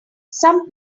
some